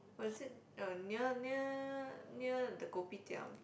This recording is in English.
was it uh near near near the kopitiam